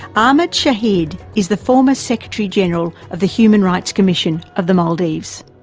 ahmed shahid is the former secretary general of the human rights commission of the maldives.